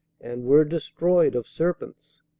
and were destroyed of serpents.